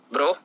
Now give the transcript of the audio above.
Bro